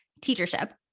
teachership